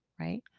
right